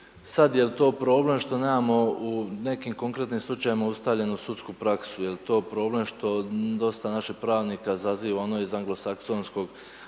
sad jel to problem što nemamo u nekim konkretnim slučajevima ustaljenu sudsku praksu, jel to problem što dosta naših pravnika zaziva ono iz anglosaksonskog,